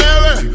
Mary